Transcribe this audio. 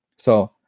so,